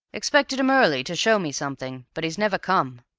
expected him early to show me something, but he's never come.